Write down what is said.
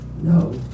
no